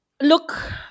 Look